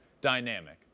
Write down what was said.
dynamic